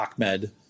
Ahmed